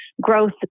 growth